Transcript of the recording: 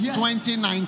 2019